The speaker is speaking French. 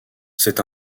c’est